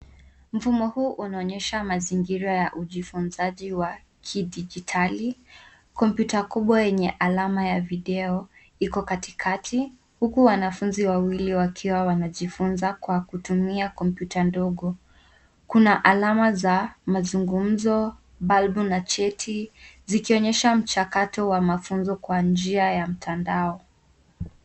Mfumo huu unaonyesha mazingira ya ujifunzaji wa kidijitali, kompyuta kubwa yenye alama ya video iko katikati huku wanafunzi wawili wakiwa wanajifunza kwa kutumia kompyuta ndogo, kuna alama za mazungumzo ,balbu na cheti zikionyesha mchakato wa mafunzo kwa njia ya mtandao.